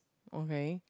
okay